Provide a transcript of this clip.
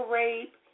rape